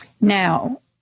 Now